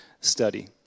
study